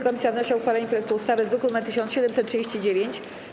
Komisja wnosi o uchwalenie projektu ustawy z druku nr 1739.